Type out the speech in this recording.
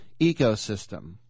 ecosystem